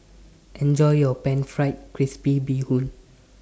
Enjoy your Pan Fried Crispy Bee Hoon